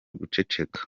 guceceka